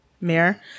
mayor